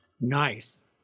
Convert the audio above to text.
Nice